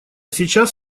сейчас